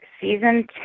Season